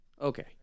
Okay